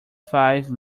five